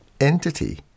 entity